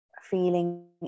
feeling